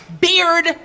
Beard